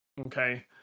Okay